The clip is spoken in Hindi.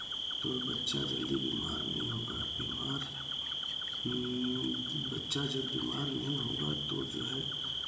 तो बच्चा जल्दी बीमार नहीं होगा बीमार बच्चा जब बीमार नहीं होगा तो जो है